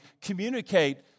communicate